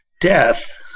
death